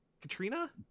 Katrina